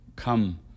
Come